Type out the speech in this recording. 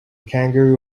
kangaroo